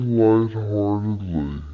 lightheartedly